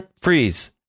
freeze